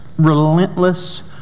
relentless